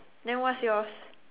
then what's yours